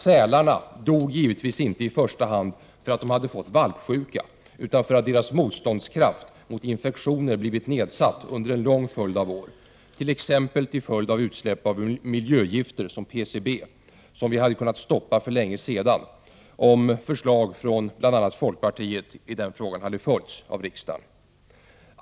Sälarna dog givetvis inte i första hand för att de hade fått valpsjuka, utan för att deras motståndskraft mot infektioner blivit nedsatt under en lång följd av år, t.ex. till följd av utsläpp av miljögifter som PCB, som vi hade kunnat stoppa för länge sedan om förslag från bl.a. folkpartiet hade följts av riksdagen.